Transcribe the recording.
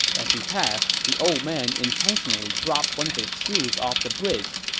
as he passed, the old man intentionally dropped one of his shoes off the bridge.